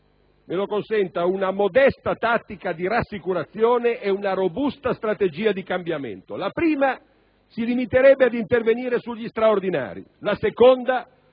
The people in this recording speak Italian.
me lo consenta - tra una modesta tattica di rassicurazione e una robusta strategia di cambiamento: la prima si limiterebbe ad intervenire sugli straordinari; la seconda